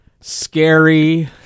scary